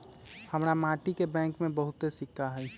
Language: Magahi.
हमरा माटि के बैंक में बहुते सिक्का हई